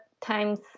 times